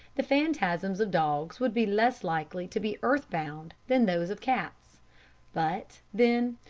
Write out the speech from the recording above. the phantasms of dogs would be less likely to be earth-bound than those of cats but, then,